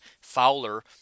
Fowler